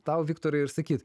tau viktorai ir sakyt